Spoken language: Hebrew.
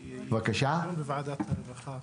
כי יש לי דיון בוועדת הרווחה.